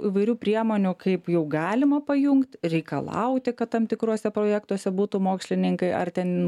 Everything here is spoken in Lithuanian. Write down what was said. įvairių priemonių kaip jau galima pajungt reikalauti kad tam tikruose projektuose būtų mokslininkai ar ten